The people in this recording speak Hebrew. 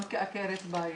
גם כעקרת בית,